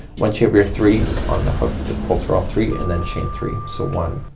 once you have your three on the hook just pull through all three and then chain three. so one,